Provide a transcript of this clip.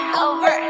over